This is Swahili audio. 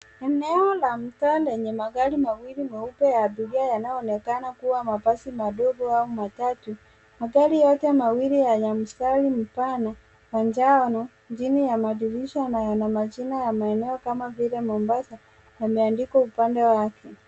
Eneo la mtaa lenye magari mawili meupe ya abiria yanayoonekana kua mabasi madogo au matatu, magari yote mawili yana mstari mpana na njano chini ya madirisha na yana majina ya maeneo kama vile Mombasa yameandikwa upande wake.